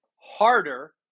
harder